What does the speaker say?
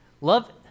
Love